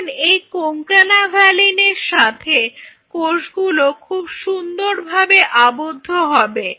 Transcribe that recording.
এখন এই Concanavaline এর সাথে কোষ গুলো খুব সুন্দর ভাবে আবদ্ধ হবে